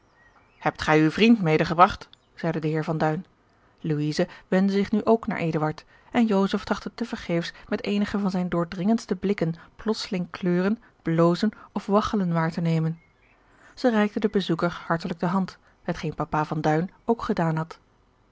hebt gij uw vriend medegebragt zeide de heer van duin louise wendde zich nu ook naar eduard en joseph trachtte te vergeefs met eenige van zijne doordringendste blikken plotseling kleuren blozen of waggelen waar te nemen zij reikte den bezoeker hartelijk de hand hetgeen papa van duin ook gedaan had